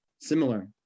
similar